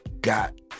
got